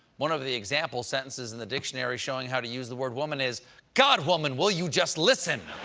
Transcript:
one of the example sentences in the dictionary showing how to use the word woman is god, woman. will you just listen?